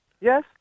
Yes